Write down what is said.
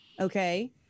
okay